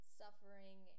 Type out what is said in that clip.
suffering